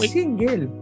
single